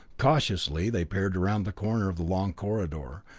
cautiously they peered around the corner of the long corridor,